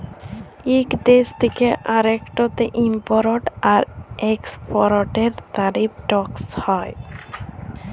ইক দ্যেশ থ্যাকে আরেকটতে ইমপরট আর একেসপরটের তারিফ টেকস হ্যয়